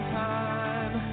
time